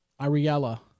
Ariella